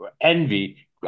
envy